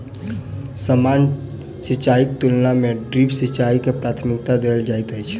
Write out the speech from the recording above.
सामान्य सिंचाईक तुलना मे ड्रिप सिंचाई के प्राथमिकता देल जाइत अछि